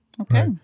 Okay